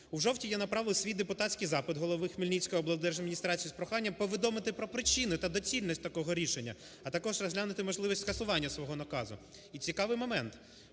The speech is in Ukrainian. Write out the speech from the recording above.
У жовтні я направив свій депутатський запит голові Хмельницької облдержадміністрації з проханням повідомити про причини та доцільність такого рішення, а також розглянути можливість скасування свого наказу. І цікавий момент,